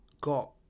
...got